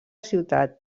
ciutat